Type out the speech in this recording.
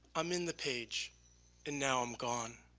i'm in the page and now i'm gone.